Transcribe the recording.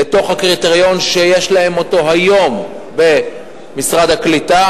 לתוך הקריטריון שיש להם היום במשרד הקליטה,